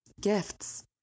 gifts